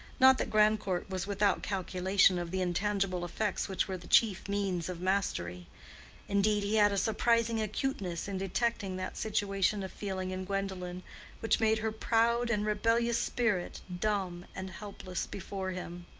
not that grandcourt was without calculation of the intangible effects which were the chief means of mastery indeed, he had a surprising acuteness in detecting that situation of feeling in gwendolen which made her proud and rebellious spirit dumb and helpless before him.